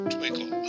Twinkle